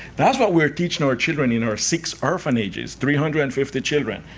that's what we're teaching our children in our six orphanages, three hundred and fifty children.